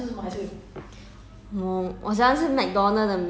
start already okay must clap